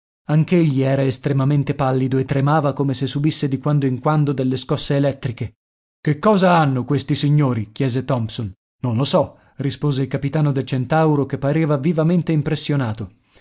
ipnotizzati anch'egli era estremamente pallido e tremava come se subisse di quando in quando delle scosse elettriche che cosa hanno questi signori chiese tompson non lo so rispose il capitano del centauro che pareva vivamente impressionato